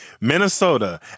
Minnesota